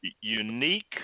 unique